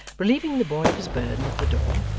relieving the boy of his burden at the door,